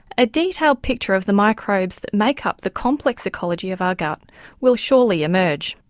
a detailed picture of the microbes that make up the complex ecology of our gut will surely emerge.